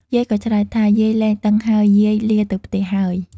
យាយក៏ឆ្លើយថា យាយលែងដឹងហើយ យាយលាទៅផ្ទះ ហើយ ។